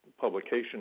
publication